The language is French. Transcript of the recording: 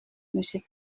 monsieur